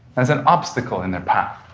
as an obstacle in their path,